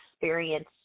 Experience